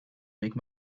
make